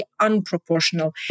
unproportional